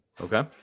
okay